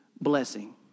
blessing